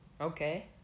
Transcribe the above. okay